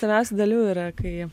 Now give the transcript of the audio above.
mėgstamiausių dalių yra kai